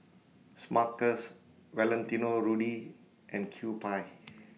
Smuckers Valentino Rudy and Kewpie